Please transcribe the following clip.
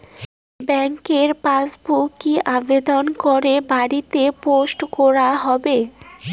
ব্যাংকের পাসবুক কি আবেদন করে বাড়িতে পোস্ট করা হবে?